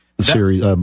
series